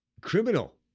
criminal